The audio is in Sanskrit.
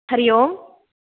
हरि ओम्